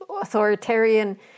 authoritarian